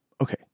okay